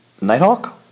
Nighthawk